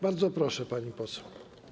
Bardzo proszę, pani poseł.